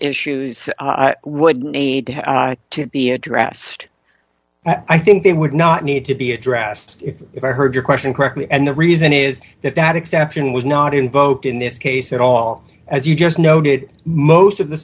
issues would need to be addressed i think they would not need to be addressed if i heard your question correctly and the reason is that that exception was not invoked in this case at all as you just noted most of the